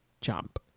jump